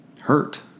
hurt